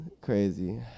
crazy